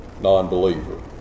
non-believer